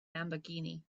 lamborghini